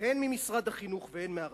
הן ממשרד החינוך והן מהרשויות.